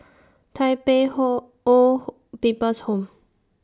Tai Pei whole Old People's Home